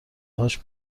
هاش